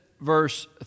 verse